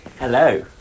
Hello